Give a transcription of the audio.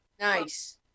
Nice